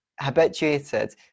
habituated